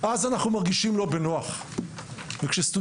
אז אנחנו מרגישים לא בנוח; וכשסטודנטית